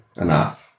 enough